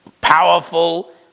powerful